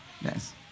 Yes